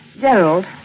Gerald